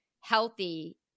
healthy